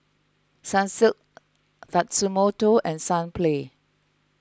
Sunsilk Tatsumoto and Sunplay